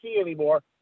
anymore